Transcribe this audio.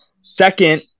second